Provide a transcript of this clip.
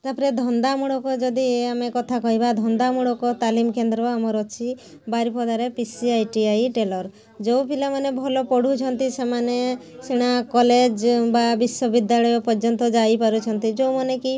ତା'ପରେ ଧନ୍ଦା ମୂଳକ ଯଦି ଆମେ କଥା କହିବା ଧନ୍ଦାମୂଳକ ତାଲିମ କେନ୍ଦ୍ର ଆମର ଅଛି ବାରିପଦାରେ P C I T I tailor ଯେଉଁ ପିଲା ମାନେ ଭଲ ପଢ଼ୁଛନ୍ତି ସେମାନେ ସିନା କଲେଜ ବା ବିଶ୍ୱବିଦ୍ୟାଳୟ ପର୍ଯ୍ୟନ୍ତ ଯାଇପାରୁଛନ୍ତି ଯେଉଁମାନେ କି